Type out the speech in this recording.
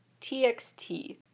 TXT